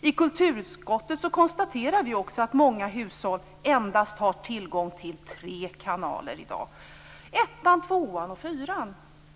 I kulturutskottet konstaterar vi också att många hushåll endast har tillgång till tre kanaler i dag: ettan, tvåan och fyran.